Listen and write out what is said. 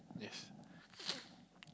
yes